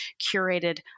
curated